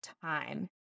time